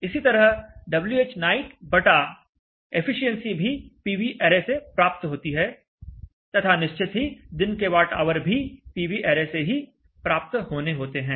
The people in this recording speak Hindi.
इसी तरह Whnight बटा एफिशिएंसी भी पीवी ऐरे से प्राप्त होती है तथा निश्चित ही दिन के वाट ऑवर भी पीवी ऐरे से ही प्राप्त होने होते हैं